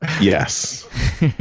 Yes